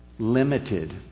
Limited